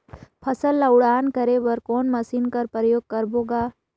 फसल ल उड़ान करे बर कोन मशीन कर प्रयोग करबो ग?